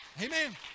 amen